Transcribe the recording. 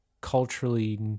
culturally